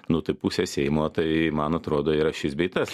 nu pusę seimo tai man atrodo yra šis bei tas